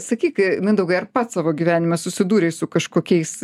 sakyk mindaugai ar pats savo gyvenime susidūrei su kažkokiais